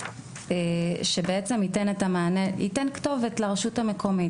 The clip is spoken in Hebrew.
שבעצם ייתן כתובת לרשות המקומית,